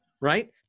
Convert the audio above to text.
Right